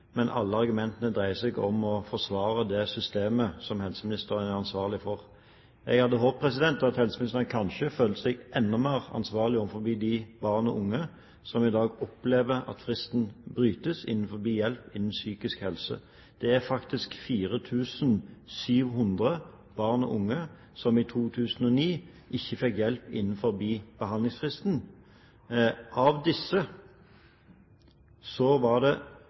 men alle argumentene dreier seg om å forsvare det systemet som helseministeren er ansvarlig for. Jeg hadde håpet at helseministeren kanskje følte seg enda mer ansvarlig overfor de barn og unge som i dag opplever at fristen brytes, også innenfor psykisk helse. Det var faktisk 4 700 barn og unge som i 2009 ikke fikk hjelp innen behandlingsfristen. Av disse var det